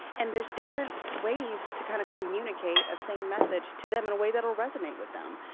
and there's different ways to kind of communicate a same message to them in a way that'll resonate with them.